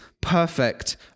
perfect